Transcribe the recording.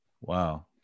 Wow